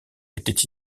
était